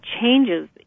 changes